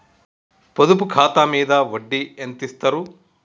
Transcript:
పొదుపు ఖాతా మీద వడ్డీ ఎంతిస్తరు?